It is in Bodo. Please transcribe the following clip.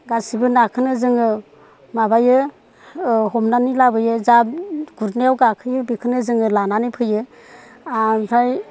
गासिबो नाखौनो जोङो माबायो हमनानै लाबोयो जा गुरनायाव गाखोयो बेखौनो जोङो लानानै फैयो आमफ्राय